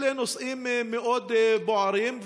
אלה נושאים מאוד בוערים,